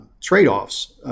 trade-offs